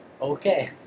Okay